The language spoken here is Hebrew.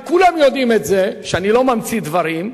כולם יודעים שאני לא ממציא דברים.